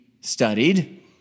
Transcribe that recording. studied